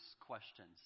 questions